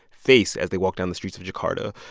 face as they walked on the streets of jakarta.